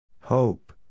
Hope